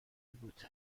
بود